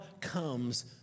comes